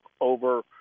over